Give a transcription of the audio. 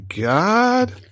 God